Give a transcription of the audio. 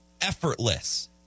effortless